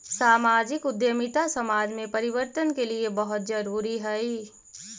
सामाजिक उद्यमिता समाज में परिवर्तन के लिए बहुत जरूरी हई